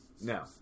No